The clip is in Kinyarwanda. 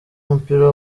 w’umupira